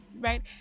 right